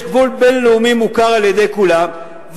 יש גבול בין-לאומי מוכר על-ידי כולם,